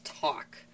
talk